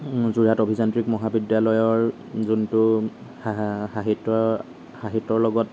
যোৰহাট অভিযান্ত্ৰিক মহাবিদ্যালয়ৰ যোনটো সাহিত্য সাহিত্যৰ লগত